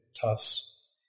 Tufts